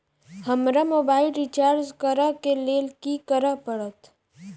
हमरा mobile recharge करऽ केँ लेल की करऽ पड़त?